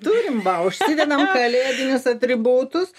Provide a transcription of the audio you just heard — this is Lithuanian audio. turim va užsidedam kalėdinius atributus